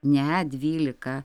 ne dvylika